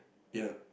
ya